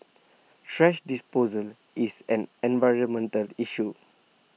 thrash disposal is an environmental issue